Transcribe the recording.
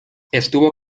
estuvo